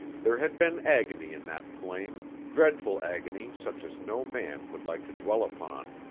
there had been agony in that flame, dreadful agony such as no man would like to dwell upon.